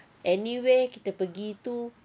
anywhere kita pergi tu